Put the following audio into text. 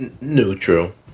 Neutral